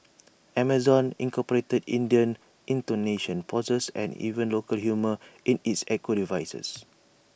Amazon incorporated Indian intonations pauses and even local humour in its echo devices